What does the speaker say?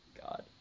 God